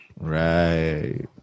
Right